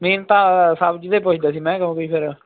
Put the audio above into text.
main ਤਾਂ ਸਬਜ਼ੀ ਦਾ ਹੀ ਪੁੱਛਦਾ ਸੀ ਮੈਂ ਕਿਉਂਕਿ ਫਿਰ